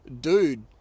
dude